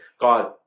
God